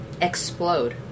explode